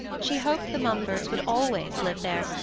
she hoped the mumfords would always live there,